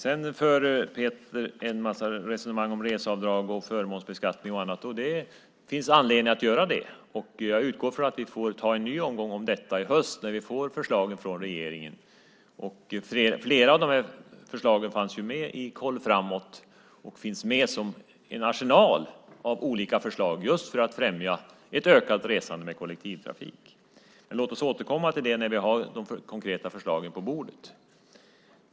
Peter för en mängd resonemang om reseavdrag, förmånsbeskattning och annat. Det finns anledning att göra det. Jag utgår från att vi får ta en ny omgång om detta i höst när vi får förslagen från regeringen. Flera av de förslagen fanns med i Koll framåt och finns med i en arsenal av olika förslag för att just främja ett ökat resande med kollektivtrafik. Låt oss återkomma till det när vi har de konkreta förslagen på bordet.